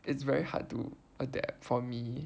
it's very hard to adapt for me